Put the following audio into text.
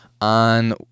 on